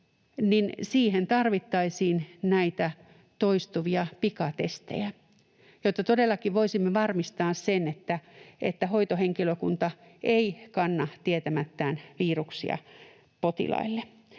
siihen tarvittaisiin näitä toistuvia pikatestejä, jotta todellakin voisimme varmistaa sen, että hoitohenkilökunta ei kanna tietämättään viruksia potilaille.